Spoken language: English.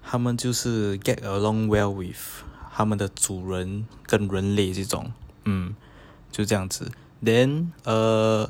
它们就是 get along well with 它们的主人跟人类这种 um 就这样子 then err